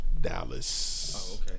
Dallas